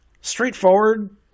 Straightforward